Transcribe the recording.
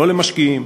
לא למשקיעים,